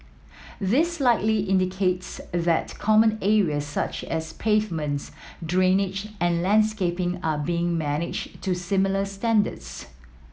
this likely indicates that common areas such as pavements drainage and landscaping are being managed to similar standards